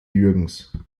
jürgens